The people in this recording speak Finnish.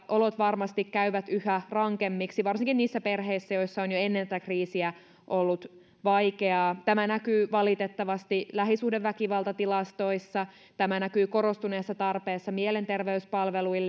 olot varmasti käyvät yhä rankemmiksi varsinkin niissä perheissä joissa on jo ennen tätä kriisiä ollut vaikeaa tämä näkyy valitettavasti lähisuhdeväkivaltatilastoissa tämä näkyy korostuneessa tarpeessa mielenterveyspalveluihin